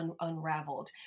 unraveled